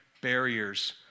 barriers